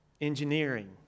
engineering